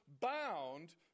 bound